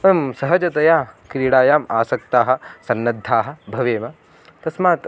वयं सहजतया क्रीडायाम् आसक्ताः सन्नद्धाः भवेम तस्मात्